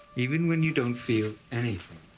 even when you don't feel anything.